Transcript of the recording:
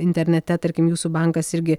internete tarkim jūsų bankas irgi